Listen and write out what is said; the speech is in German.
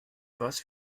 was